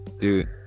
Dude